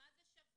מה זה שווה.